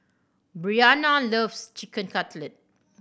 Bryana loves Chicken Cutlet